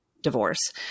divorce